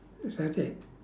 is that it